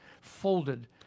folded